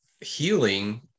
healing